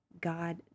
God